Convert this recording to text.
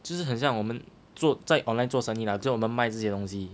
就是很像我们做在 online 做生意啦就我们卖这些东西